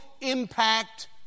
impact